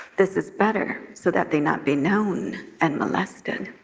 this is better, so that they not be known and molested.